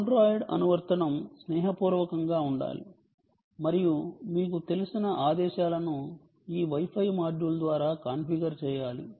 Android అనువర్తనం స్నేహపూర్వకంగా ఉండాలి మరియు మీకు తెలిసిన ఆదేశాలను ఈ Wi Fi మాడ్యూల్ ద్వారా కాన్ఫిగర్ చేయాలి